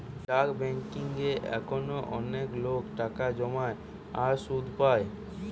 ডাক বেংকিং এ এখনো অনেক লোক টাকা জমায় আর সুধ পায়